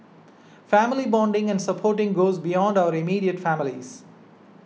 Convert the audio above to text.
family bonding and supporting goes beyond our immediate families